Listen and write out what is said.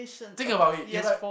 think about it if I